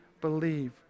believe